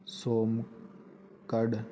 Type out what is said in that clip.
smoked